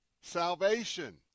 Salvation